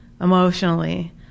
emotionally